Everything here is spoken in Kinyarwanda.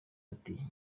ati